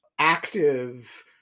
active